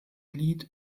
lied